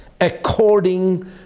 according